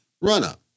run-up